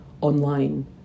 online